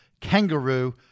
Kangaroo